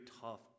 tough